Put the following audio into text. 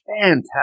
fantastic